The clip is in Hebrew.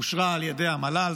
אושרה על ידי המל"ל,